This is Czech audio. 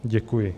Děkuji.